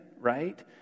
right